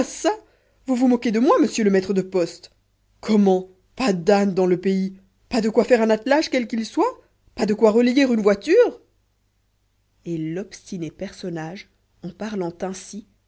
ça vous moquez-vous de moi monsieur le maître de poste comment pas d'ânes dans le pays pas de quoi faire un attelage quel qu'il soit pas de quoi relayer une voiture et l'obstiné personnage en parlant ainsi